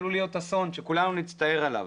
עלול להיות אסון שכולנו נצטער עליו.